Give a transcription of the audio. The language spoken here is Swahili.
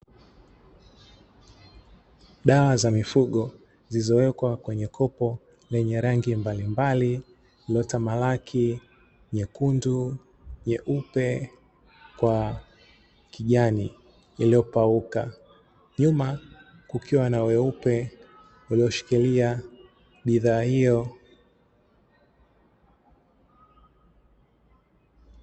Dawa za mifugo zilizowekwa kwenye kopo lenye rangi mbalimbali, iliyotamalaki ni: nyekundu, nyeupe kwa kijani iliyopauka; nyuma kukiwa na weupe ulioshikilia bidhaa hiyo.